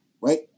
right